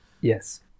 Yes